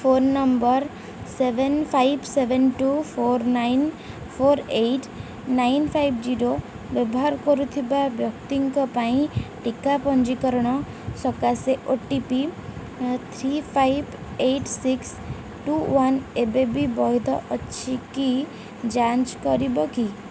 phone number seven five seven two four nine four eight nine five zero ବ୍ୟବହାର କରୁଥିବା ବ୍ୟକ୍ତିଙ୍କ ପାଇଁ ଟିକା ପଞ୍ଜୀକରଣ ସକାଶେ O T P three five eight six two one ଏବେବି ବୈଧ ଅଛି କି ଯାଞ୍ଚ କରିବ କି